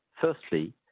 Firstly